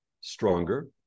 stronger